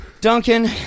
Duncan